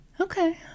Okay